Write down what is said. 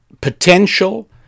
Potential